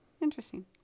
interesting